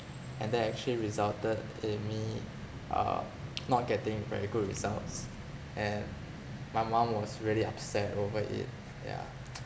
and that actually resulted in me uh not getting very good results and my mum was really upset over it yeah